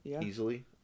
easily